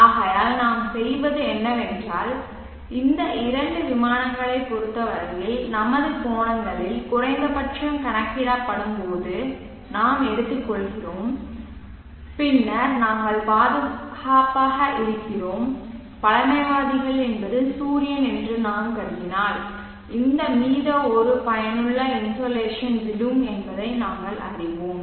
ஆகையால் நாம் செய்வது என்னவென்றால் இந்த இரண்டு விமானங்களைப் பொறுத்தவரையில் நமது கோணங்களில் குறைந்தபட்சம் கணக்கிடப்படும்போது நாம் எடுத்துக்கொள்கிறோம் பின்னர் நாங்கள் பாதுகாப்பாக இருக்கிறோம் பழமைவாதிகள் என்பது சூரியன் என்று நாம் கருதினால் இந்த மீது ஒரு பயனுள்ள இன்சோலேஷன் விழும் என்பதை நாங்கள் அறிவோம்